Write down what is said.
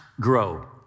grow